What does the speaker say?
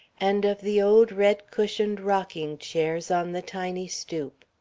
and of the old red-cushioned rocking-chairs on the tiny stoop.